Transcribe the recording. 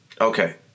okay